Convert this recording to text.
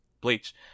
Bleach